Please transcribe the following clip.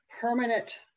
permanent